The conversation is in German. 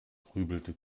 grübelte